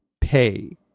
pay